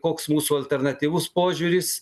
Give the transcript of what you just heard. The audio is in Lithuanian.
koks mūsų alternatyvus požiūris